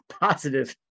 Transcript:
positive